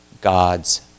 God's